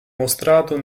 mostrato